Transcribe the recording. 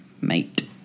mate